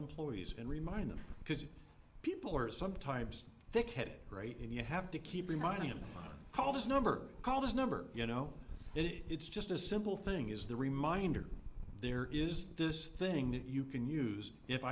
employees and remind them because people are sometimes thick head right and you have to keep reminding them call this number call this number you know it it's just a simple thing is the reminder there is this thing that you can use if